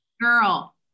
Girl